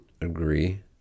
agree